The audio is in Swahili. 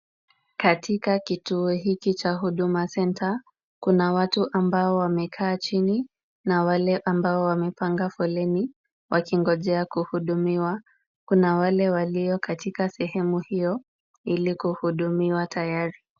Katika kituo hiki cha huduma Center, kuna watu ambao wamekaa chini, na wale ambao wamepanga foleni, wakingojea kuhudumiwa. Kuna wale walio katika sehemu hiyo, ili kuhudumiwa tayari.